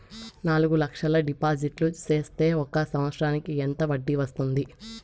నాలుగు లక్షల డిపాజిట్లు సేస్తే ఒక సంవత్సరానికి ఎంత వడ్డీ వస్తుంది?